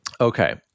Okay